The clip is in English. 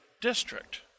district